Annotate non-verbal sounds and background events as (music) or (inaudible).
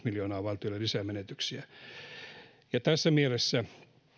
(unintelligible) miljoonaa valtiolle lisää menetyksiä tässä mielessä